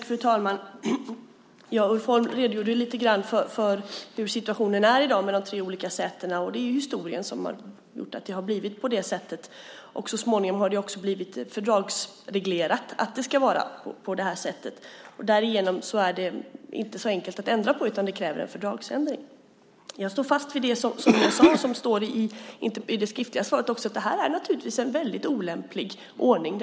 Fru talman! Ulf Holm redogjorde för hur situationen är i dag med de tre olika sätena. Det är historien som har gjort att det har blivit på det sättet. Så småningom har det också blivit fördragsreglerat att det ska vara så. Därigenom är detta inte så enkelt att ändra på, utan det kräver en fördragsändring. Jag står fast vid det jag sade och som också står i det skriftliga svaret: att det naturligtvis är en väldigt olämplig ordning.